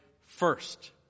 first